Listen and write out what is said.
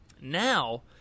Now